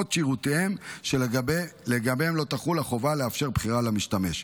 עוד שירותים שלגביהם לא תחול החובה לאפשר בחירה למשתמש.